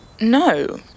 no